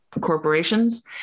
corporations